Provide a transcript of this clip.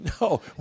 No